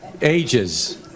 ages